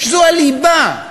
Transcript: שזו הליבה,